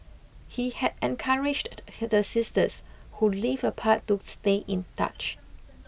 he had encouraged the sisters who lived apart to stay in touch